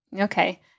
Okay